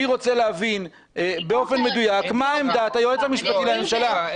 אני רוצה להבין באופן מדויק מה עמדת היועץ המשפטי לממשלה.